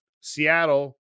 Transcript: Seattle